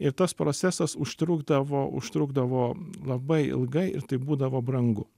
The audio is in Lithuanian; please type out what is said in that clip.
ir tas procesas užtrukdavo užtrukdavo labai ilgai ir tai būdavo brangu